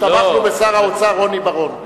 ותמכנו בשר האוצר רוני בר-און.